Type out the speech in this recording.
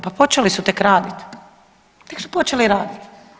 Pa počeli su tek raditi, tek su počeli raditi.